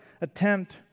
attempt